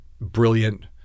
brilliant